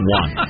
one